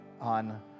on